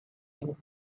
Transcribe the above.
things